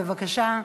בבקשה.